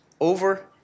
over